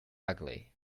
ugly